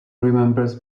remembers